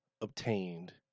obtained